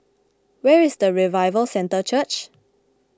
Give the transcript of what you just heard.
where is Revival Centre Church